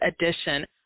edition